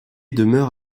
demeure